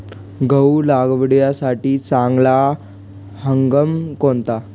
गहू लागवडीसाठी चांगला हंगाम कोणता?